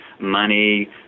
money